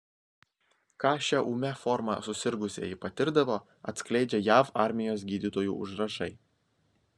ką šia ūmia forma susirgusieji patirdavo atskleidžia jav armijos gydytojų užrašai